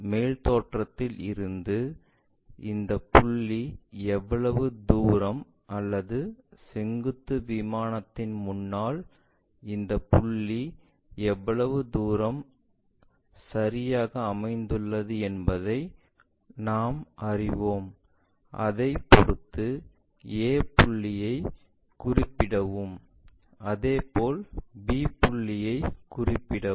மேல் தோற்றத்தில் இருந்து இந்த புள்ளி எவ்வளவு தூரம் அல்லது செங்குத்து விமானத்தின் முன்னால் இந்த புள்ளி எவ்வளவு தூரம் சரியாக அமைந்துள்ளது என்பதை நாங்கள் அறிவோம் அதைப் பொறுத்து a புள்ளியை குறிப்பிடவும் அதேபோல் b புள்ளியை குறிப்பிடவும்